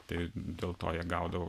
tai dėl to jie gaudavo